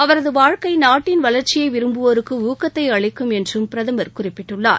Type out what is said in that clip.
அவரது வாழ்க்கை நாட்டின் வளர்ச்சியை விரும்புவோருக்கு ஊக்கத்தை அளிக்கும் என்றும் பிரதமர் குறிப்பிட்டுள்ளார்